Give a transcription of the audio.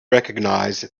recognize